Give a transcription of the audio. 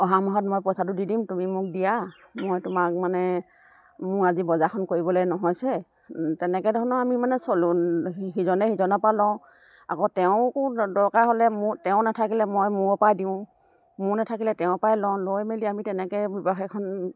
অহা মাহত মই পইচাটো দি দিম তুমি মোক দিয়া মই তোমাক মানে মোৰ আজি বজাৰখন কৰিবলে নহয়ছে তেনেকে ধৰণৰ আমি মানে চলো সিজনে সিজনৰ পৰা লওঁ আকৌ তেওঁকো দৰকাৰ হ'লে মোৰ তেওঁ নাথাকিলে মই মোৰ পৰাই দিওঁ মোৰ নোথাকিলে তেওঁৰ পৰাই লওঁ লৈ মেলি আমি তেনেকে ব্যৱসায়খন